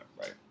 right